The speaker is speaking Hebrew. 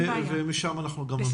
ומשם נמשיך.